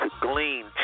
glean